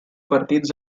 partits